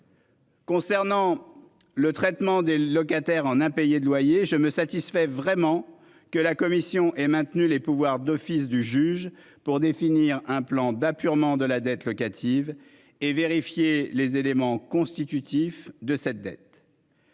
Concernant le traitement des locataires en impayés de loyers. Je me satisfait vraiment que la commission est maintenu les pouvoirs d'office du juge pour définir un plan d'apurement de la dette locative et vérifier les éléments constitutifs de cette dette.